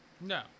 No